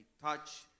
touch